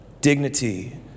dignity